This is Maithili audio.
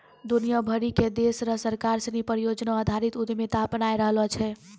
दुनिया भरी के देश र सरकार सिनी परियोजना आधारित उद्यमिता अपनाय रहलो छै